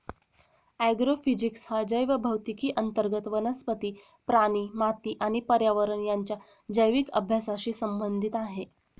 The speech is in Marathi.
ॲग्रोफिजिक्स हा जैवभौतिकी अंतर्गत वनस्पती, प्राणी, माती आणि पर्यावरण यांच्या जैविक अभ्यासाशी संबंधित आहे